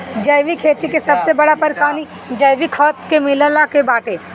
जैविक खेती के सबसे बड़ परेशानी जैविक खाद के मिलला के बाटे